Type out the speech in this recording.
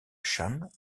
chan